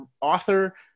author